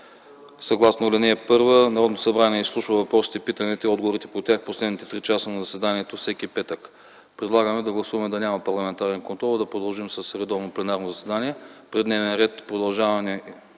Съгласно ал. 1 Народното събрание изслушва въпросите, питанията и отговорите по тях последните три часа на заседанието всеки петък. Предлагам да гласуваме да няма парламентарен контрол, а да продължим с редовно пленарно заседание